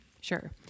Sure